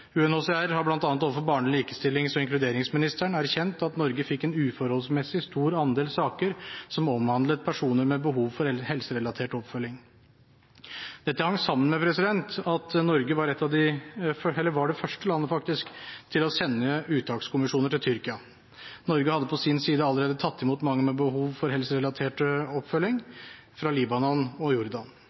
behandling. UNHCR har bl.a. overfor barne-, likestillings- og inkluderingsministeren erkjent at Norge fikk en uforholdsmessig stor andel saker som omhandlet personer med behov for helserelatert oppfølging. Dette hang sammen med at Norge var det første landet til å sende uttakskommisjon til Tyrkia. Norge hadde på sin side allerede tatt imot mange med behov for helserelatert oppfølging fra Libanon og Jordan.